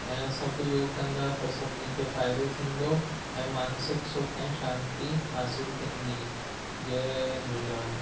ऐं सभु योगु कंदा त सभिनी खे फ़ाइदो थींदो ऐं मानसिक सुख ऐं शांती हासिलु थींदी जय झूलेलाल